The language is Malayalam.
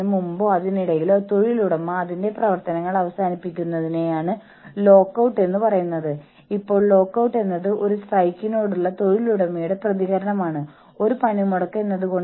ഒരു യൂണിയൻ കരാറിന് കീഴിൽ തൊഴിലാളികൾക്ക് ഉണ്ടായിരിക്കുന്ന അതേ ശാക്തീകരണബോധം നൽകാൻ ശ്രമിക്കുന്ന ഒന്നാണ് തുറന്ന വാതിൽ നയങ്ങളും പരാതി നടപടികളും